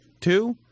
two